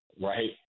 right